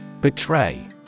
Betray